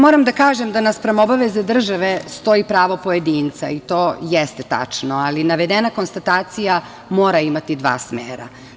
Moram da kažem da naspram obaveze države stoji pravo pojedinca i to jeste tačno, ali navedena konstatacija mora imati dva smera.